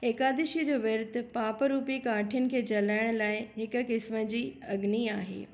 एकादशी जो विर्तु पाप रुपी काठिनि जे जलाइण लाइ हिकु क़िस्म जी अग्नी आहे